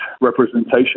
representation